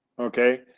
Okay